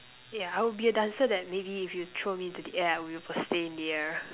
yeah I'll be a dancer that maybe if you throw me into the air I'll stay in the air